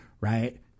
right